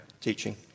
teaching